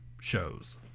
shows